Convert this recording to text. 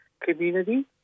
community